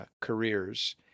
careers